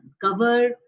cover